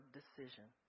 decision